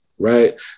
Right